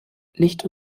licht